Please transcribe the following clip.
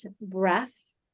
breath